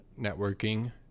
networking